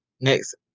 next